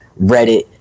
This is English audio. Reddit